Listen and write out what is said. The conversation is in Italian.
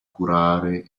curare